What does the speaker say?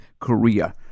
Korea